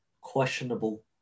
questionable